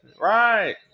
right